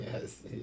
Yes